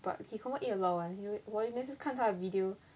but he confirm eat a lot [one] he al~ 我每次看他的 video